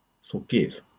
forgive